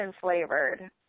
flavored